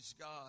God